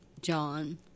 John